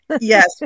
yes